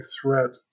threat